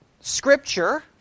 Scripture